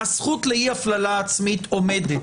הזכות לאי הפללה עצמית עומדת.